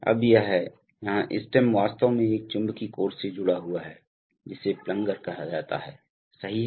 अब यह है यहां स्टेम वास्तव में एक चुंबकीय कोर से जुड़ा हुआ है जिसे प्लंजर कहा जाता है सही है